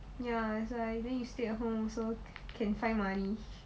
ya that's why then you stay at home also can find money